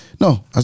No